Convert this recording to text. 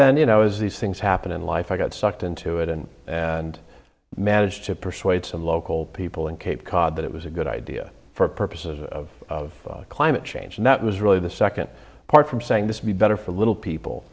then you know as these things happen in life i got sucked into it and and managed to persuade some local people in cape cod that it was a good idea for purposes of climate change and that was really the second part from saying this be better for little people